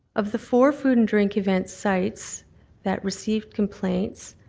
of the four food and drink event sites that received complaints,